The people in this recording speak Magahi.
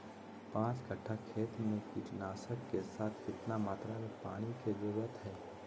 पांच कट्ठा खेत में कीटनाशक के साथ कितना मात्रा में पानी के जरूरत है?